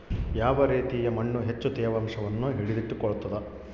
ಯಾವ ರೇತಿಯ ಮಣ್ಣು ಹೆಚ್ಚು ತೇವಾಂಶವನ್ನು ಹಿಡಿದಿಟ್ಟುಕೊಳ್ತದ?